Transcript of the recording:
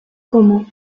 como